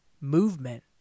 movement